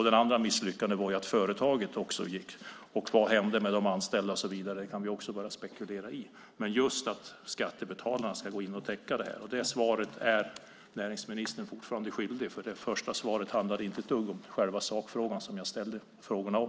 Det andra misslyckandet var att företaget gick i konkurs. Vad som hände med de anställda kan vi bara spekulera i. Men det handlar om att skattebetalarna ska gå in och täcka det. Näringsministern är fortfarande svaret skyldig. Det första handlade inte ett dugg om själva sakfrågan jag ställde frågorna om.